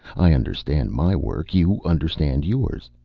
i understand my work, you understand yours.